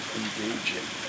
engaging